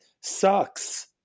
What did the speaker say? sucks